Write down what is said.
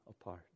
apart